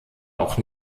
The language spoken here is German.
auch